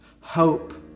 hope